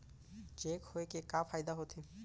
Cheque होए के का फाइदा होथे?